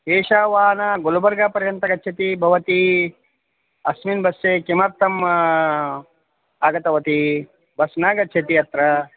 एतत् वाहनं गुलबर्गापर्यन्तं गच्छति भवती अस्मिन् बस्से किमर्थम् आगतवती बस् न गच्छति अत्र